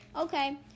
okay